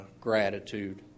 gratitude